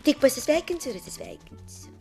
tik pasisveikinsiu ir atsisveikinsiu